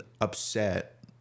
upset